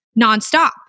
nonstop